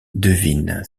devine